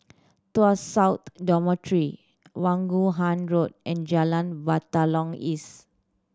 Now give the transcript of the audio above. Tuas South Dormitory Vaughan Road and Jalan Batalong East